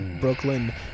Brooklyn